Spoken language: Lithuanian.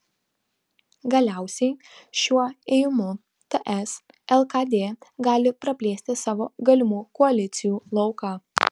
galiausiai šiuo ėjimu ts lkd gali praplėsti savo galimų koalicijų lauką